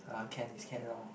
[huh] can is can lor